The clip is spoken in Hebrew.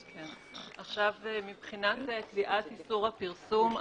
מבחינת קביעת איסור הפרסום,